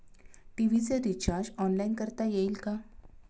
TV चे recharge online करता येईल का?